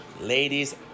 ladies